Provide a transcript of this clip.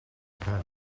pam